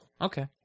Okay